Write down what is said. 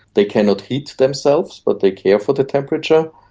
they cannot heat themselves but they care for the temperature.